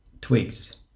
twigs